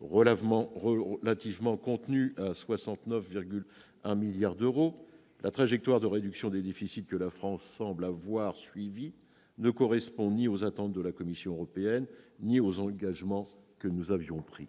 relativement contenu à 69,1 milliards d'euros, la trajectoire de réduction des déficits que la France semble avoir suivie ne correspond ni aux attentes de la Commission européenne ni aux engagements que nous avions pris.